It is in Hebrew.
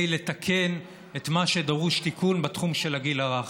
לתקן את מה שדרוש תיקון בתחום של הגיל הרך.